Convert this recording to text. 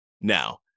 Now